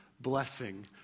blessing